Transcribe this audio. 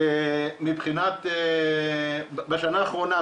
בשנה האחרונה,